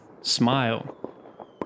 smile